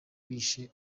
bishe